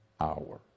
hour